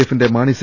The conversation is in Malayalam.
എഫിന്റെ മാണി സി